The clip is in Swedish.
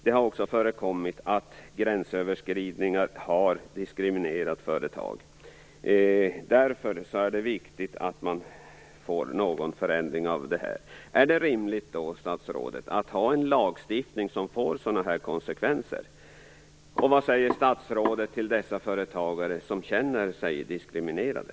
Det har också förekommit att gränsöverskridanden har diskriminerat företag. Därför är det viktigt att en förändring kommer till stånd. Är det rimligt, statsrådet, att ha en lagstiftning som får sådana här konsekvenser? Vad säger statsrådet till de företagare som känner sig diskriminerade?